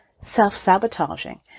self-sabotaging